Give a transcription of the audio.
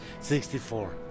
64